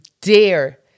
dare